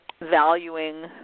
valuing